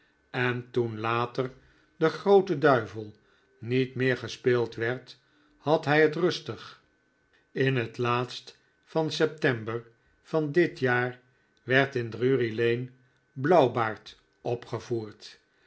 en toen later de groote duivel niet meer gespeeld werd had hij het rustig in het laatst van september van dit jaar werd in drury-lane blauwbaard opgevoerd